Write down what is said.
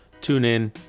TuneIn